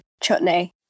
chutney